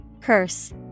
Curse